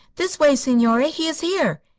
this way, signore. he is here!